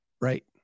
Right